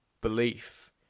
belief